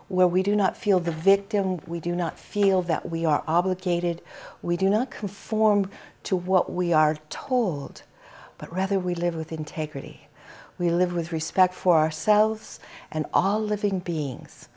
where we do not feel the victim we do not feel that we are obligated we do not conform to what we are told but rather we live with integrity we live with respect for ourselves and all living beings